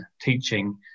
teaching